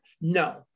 No